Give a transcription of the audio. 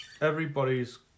everybody's